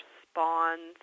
responds